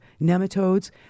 nematodes